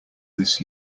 this